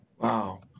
Wow